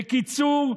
בקיצור,